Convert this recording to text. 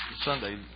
Sunday